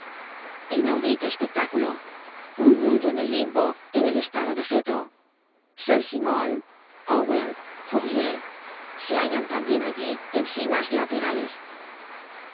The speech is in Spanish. inaudito espectáculo unmundo en el limbo en el estado de feto saint simon owen fourier se hallan tambien allí en simas laterales